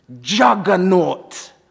Juggernaut